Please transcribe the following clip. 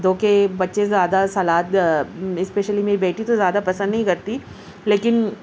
جوکہ بچے زیادہ سلاد اسپیشلی میری بیٹی تو زیادہ پسند نہیں کرتی لیکن